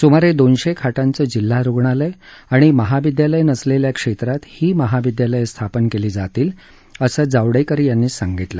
सुमारे दोनशे खाटांचं जिल्हा रुग्णालय आणि महाविद्यालय नसलेल्या क्षेत्रात ही महाविद्यालयं स्थापन केली जातील असं जावडेकर यांनी सांगितलं